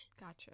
gotcha